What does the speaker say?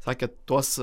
sakė tuos